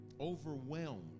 overwhelmed